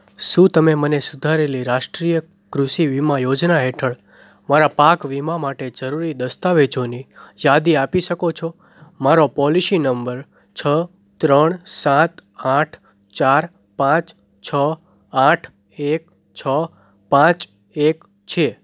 શું તમે મને સુધારેલી રાષ્ટ્રીય કૃષિ વીમા યોજના હેઠળ મારા પાક વીમા માટે જરૂરી દસ્તાવેજોની યાદી આપી શકો છો મારો પોલિશી નંબર છ ત્રણ સાત આઠ ચાર પાંચ છ આઠ એક છ પાંચ એક છે